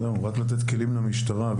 יש לתת כלים למשטרה.